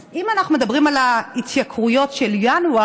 אז אם אנחנו מדברים על ההתייקרויות של ינואר,